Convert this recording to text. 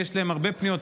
יש להם הרבה פניות,